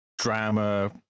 Drama